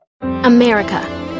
America